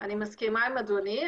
אני מסכימה עם אדוני,